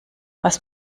was